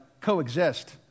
coexist